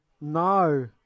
no